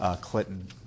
Clinton